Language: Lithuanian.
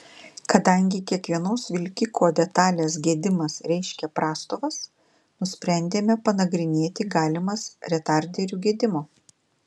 kadangi kiekvienos vilkiko detalės gedimas reiškia prastovas nusprendėme panagrinėti galimas retarderių gedimo